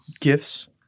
gifts